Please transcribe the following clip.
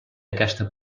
aquesta